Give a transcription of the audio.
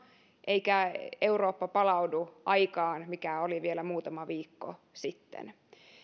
eikä eurooppa palaudu aikaan joka oli vielä muutama viikko sitten